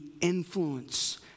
influence